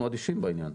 אנחנו אדישים בעניין.